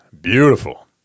beautiful